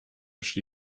szli